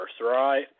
right